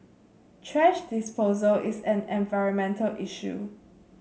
thrash disposal is an environmental issue